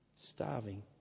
starving